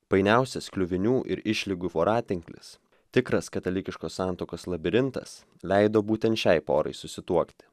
painiausias kliuvinių ir išlygų voratinklis tikras katalikiškos santuokos labirintas leido būtent šiai porai susituokti